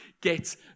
get